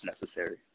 necessary